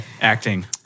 Acting